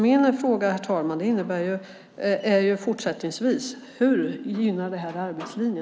Min fråga är fortsättningsvis: Hur gynnar det här arbetslinjen?